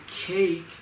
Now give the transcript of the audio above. cake